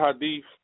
Hadith